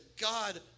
God